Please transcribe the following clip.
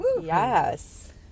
yes